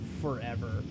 forever